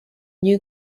new